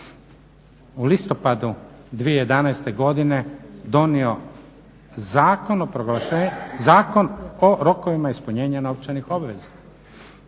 u listopadu 2011. godine donio Zakon o rokovima ispunjenja novčanih obveza.